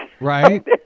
Right